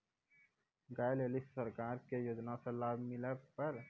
गाय ले ली सरकार के योजना से लाभ मिला पर?